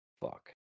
Fuck